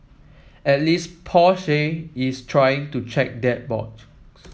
at least Porsche is trying to check that box